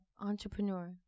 entrepreneur